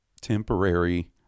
temporary